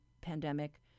pandemic